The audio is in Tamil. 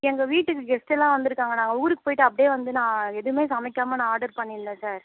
எங்கள் வீட்டுக்கு கெஸ்ட்டுலாம் வந்துயிருக்காங்க நாங்கள் ஊருக்கு போயிவிட்டு அப்படியே வந்து நான் எதுவுமே சமைக்காம நான் ஆர்டர் பண்ணியிருந்தேன் சார்